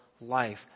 life